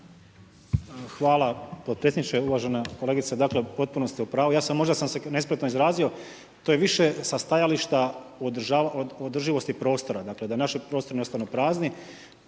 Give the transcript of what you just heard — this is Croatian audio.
Hvala potpredsjedniče. Uvažena kolegice, dakle, potpuno ste upravu, ja sam, možda sam se nespretno izrazio, to je više sa stajališta održivosti prostora, dakle da naši prostori ne ostanu prazni.